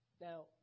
Now